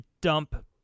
dump